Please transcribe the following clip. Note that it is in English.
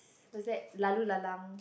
what's that laloo-lalang